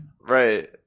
right